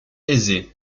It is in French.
aisée